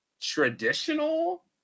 traditional